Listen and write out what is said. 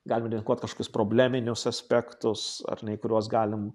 galim dedikuot kažkokius probleminius aspektus ar ne į kuriuos galim